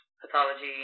pathology